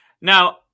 Now